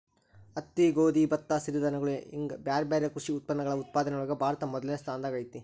ಹತ್ತಿ, ಗೋಧಿ, ಭತ್ತ, ಸಿರಿಧಾನ್ಯಗಳು ಹಿಂಗ್ ಬ್ಯಾರ್ಬ್ಯಾರೇ ಕೃಷಿ ಉತ್ಪನ್ನಗಳ ಉತ್ಪಾದನೆಯೊಳಗ ಭಾರತ ಮೊದಲ್ನೇ ಸ್ಥಾನದಾಗ ಐತಿ